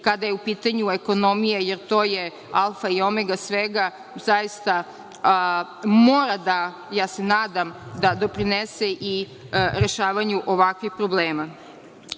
kada je u pitanju ekonomija, jer to je alfa i omega, svega zaista, mora da, nadam se da doprinese i rešavanju ovakvih problema.